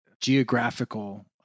geographical